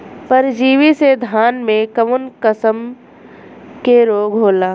परजीवी से धान में कऊन कसम के रोग होला?